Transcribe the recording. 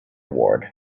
award